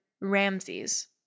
Ramses